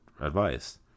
advice